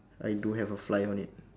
I do have a fly on it